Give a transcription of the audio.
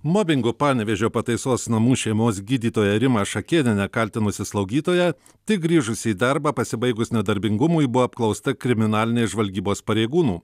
mobingu panevėžio pataisos namų šeimos gydytoją rimą šakėnienę kaltinusi slaugytoja tik grįžusi į darbą pasibaigus nedarbingumui buvo apklausta kriminalinės žvalgybos pareigūnų